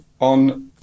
on